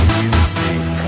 music